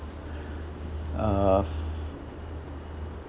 uh of